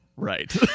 Right